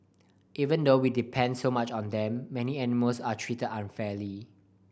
even though we depend so much on them many animals are treated unfairly